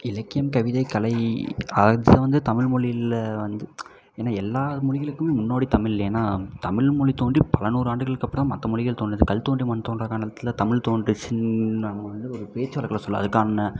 இலக்கியம் கவிதை கலை அதை வந்து தமிழ்மொழியில் வந்து ஏனா எல்லா மொழிகளுக்குமே முன்னோடி தமிழ் ஏன்னா தமிழ் மொழி தோன்றி பல நூறாண்டுகளுக்கு அப்புறோம் மற்ற மொழிகள் தோன்றுது கல் தோன்றி மண் தோன்றா காலத்தில் தமிழ் தோன்றிச்சுனு அவனங்க வந்து ஒரு பேசி வழக்கில் சொல்ல அதற்கான